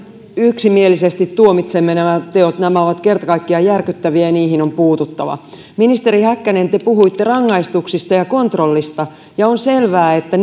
yksimielisesti tuomitsemme nämä teot nämä ovat kerta kaikkiaan järkyttäviä ja niihin on puututtava ministeri häkkänen te puhuitte rangaistuksista ja kontrollista ja on selvää että